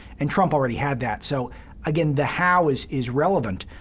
and trump already had that. so again, the how is is relevant,